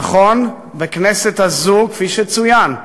נכון, בכנסת הזאת, כפי שצוין,